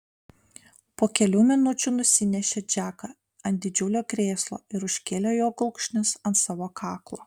po kelių minučių nusinešė džeką ant didžiulio krėslo ir užkėlė jo kulkšnis ant savo kaklo